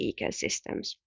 ecosystems